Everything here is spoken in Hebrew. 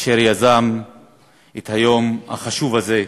אשר יזם את היום החשוב הזה,